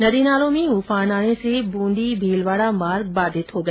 नदी नालों में उफान आने से बूंदी भीलवाड़ा मार्ग बाधित हो गया